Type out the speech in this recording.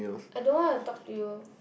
I don't want to talk to you